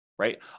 right